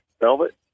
velvet